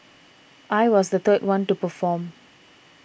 I was the third one to perform